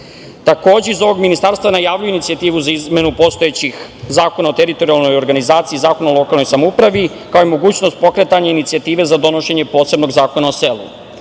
iz ovog Ministarstva najavljuju inicijativu za izmenu postojećih Zakona o teritorijalnoj organizaciji, Zakona o lokalnoj samoupravi, kao i mogućnost pokretanja inicijative za donošenje posebnog Zakona o